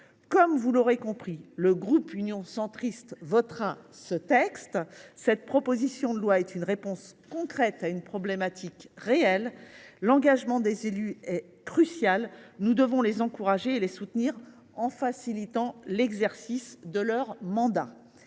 Comme vous l’aurez compris, le groupe Union Centriste votera ce texte qui est une réponse concrète à une problématique réelle. L’engagement des élus est crucial. Nous devons les encourager et les soutenir, en facilitant l’exercice de leur mandat.